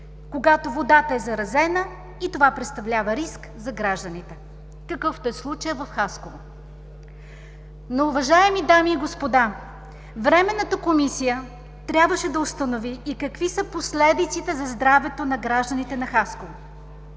когато водата е заразена, и това представлява риск за гражданите, какъвто е случая в Хасково. Но, уважаеми дами ми господа, Временната комисия трябваше да установи и какви са последиците за здравето на гражданите на Хасково.